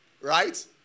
right